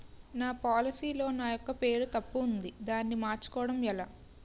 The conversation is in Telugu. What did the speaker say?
నా పోలసీ లో నా యెక్క పేరు తప్పు ఉంది దానిని మార్చు కోవటం ఎలా?